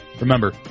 Remember